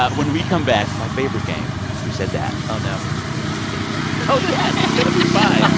ah when we come back, my favorite game who said that oh, no oh, yeah oh, yes. it's going to be fine